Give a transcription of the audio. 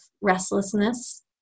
restlessness